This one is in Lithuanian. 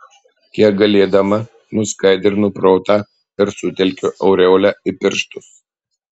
kiek galėdama nuskaidrinu protą ir sutelkiu aureolę į pirštus